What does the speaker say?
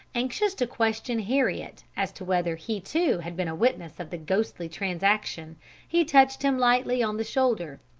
anxious to question heriot as to whether he, too, had been a witness of the ghostly transaction he touched him lightly on the shoulder.